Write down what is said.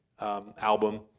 album